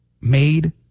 made